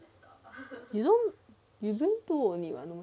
you know you bring two only not meh